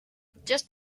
just